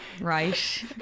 right